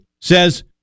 says